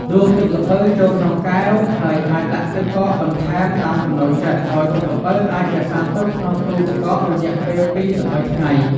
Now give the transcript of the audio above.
ដួសទឹកល្ពៅចូលក្នុងកែវ ហើយអាចដាក់ទឹកកកបន្ថែមតាមចំណូលចិត្ត ដោយទឹកល្ពៅអាចរក្សាទុកក្នុងទូទឹកកករយៈពេល ២-៣ ថ្ងៃ។